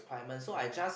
yeah